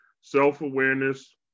self-awareness